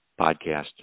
podcast